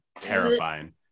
terrifying